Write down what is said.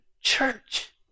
church